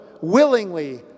willingly